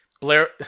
Blair